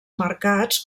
mercats